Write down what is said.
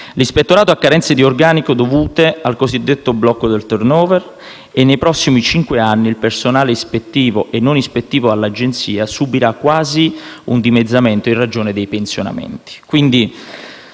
L'Ispettorato ha carenze di organico dovute al cosiddetto blocco del *turnover* e nei prossimi cinque anni il personale ispettivo e non ispettivo subirà quasi un dimezzamento in ragione dei pensionamenti.